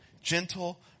gentle